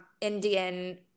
Indian